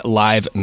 live